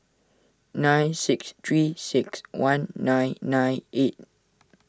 nine six three six one nine nine eight